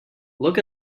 look